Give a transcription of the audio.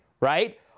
right